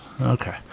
okay